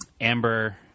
amber